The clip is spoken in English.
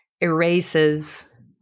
erases